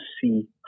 see